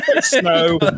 snow